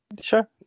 Sure